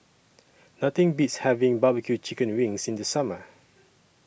Nothing Beats having Barbecue Chicken Wings in The Summer